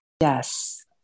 Yes